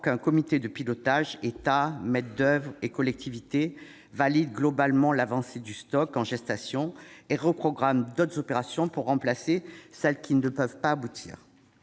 qu'un comité de pilotage, rassemblant l'État, les maîtres d'ouvrage et les collectivités, valide globalement l'avancée du stock en gestation et reprogramme d'autres opérations pour remplacer celles qui ne peuvent aboutir.